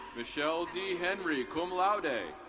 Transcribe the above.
michelle d. henry, cum laude.